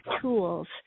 tools